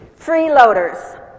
freeloaders